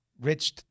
rich